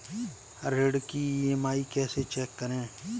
ऋण की ई.एम.आई कैसे चेक करें?